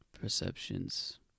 perceptions